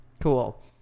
cool